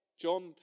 John